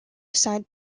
side